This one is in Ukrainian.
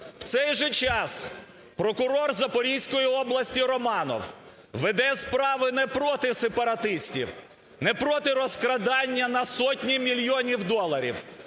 В цей же час прокурор Запорізької області Романов веде справи не проти сепаратистів, не проти розкрадання на сотні мільйонів доларів,